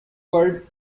word